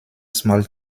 small